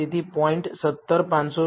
તેથી 0